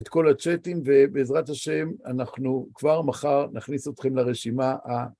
את כל הצ'טים, ובעזרת השם, אנחנו כבר מחר נכניס אתכם לרשימה ה...